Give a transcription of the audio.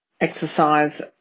exercise